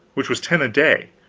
which was ten a day.